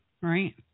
right